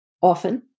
often